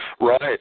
Right